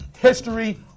history